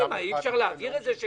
ההגדרה של עניין אישי היא הנאה חומרית,